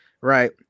right